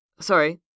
Sorry